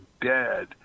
dead